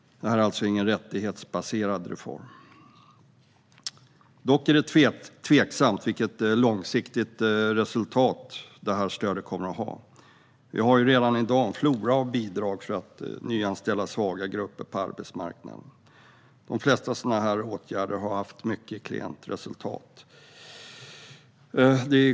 Detta är med andra ord ingen rättighetsbaserad reform. Dock är det tveksamt vilket långsiktigt resultat detta stöd kommer att ge. Vi har redan i dag en flora av bidrag för att nyanställa svaga grupper på arbetsmarknaden, och de flesta sådana åtgärder har gett ett mycket klent resultat.